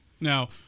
Now